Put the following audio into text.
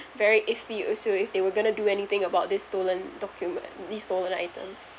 very iffy also if they were gonna do anything about this stolen document these stolen items